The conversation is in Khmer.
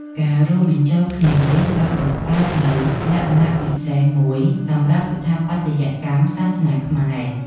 ការរួមបញ្ចូលគ្នានេះបានបង្កើតនូវ លក្ខណៈពិសេស មួយសម្រាប់ស្ថាបត្យកម្មសាសនាខ្មែរ។